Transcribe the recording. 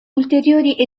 ulteriori